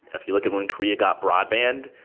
if you look at when korea got broadband,